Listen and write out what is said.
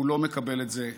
והוא לא מקבל את זה ממנה.